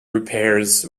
repairs